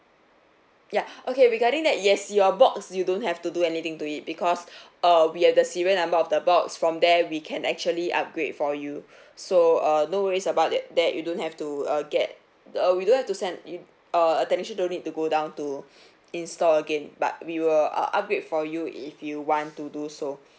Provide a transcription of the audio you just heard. ya okay regarding that yes your box you don't have to do anything to it because err we have the serial number of the box from there we can actually upgrade for you so err no worries about that that you don't have to uh get err we don't have to send it err technician don't need to go down to install again but we will uh upgrade for you if you want to do so